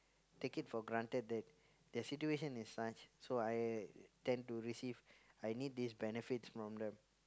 take it for granted that take their situation is such so I tend to receive I need this benefits from the